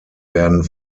werden